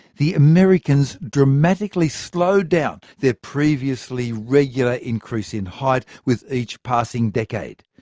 the americans dramatically slowed down their previously regular increase in height with each passing decade.